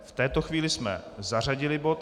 V této chvíli jsme zařadili bod.